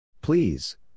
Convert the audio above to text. Please